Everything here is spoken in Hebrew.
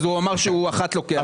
אז הוא אמר שהוא אחת לוקח.